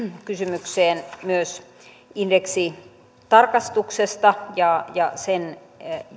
kysymykseen myös indeksitarkastuksesta ja ja sen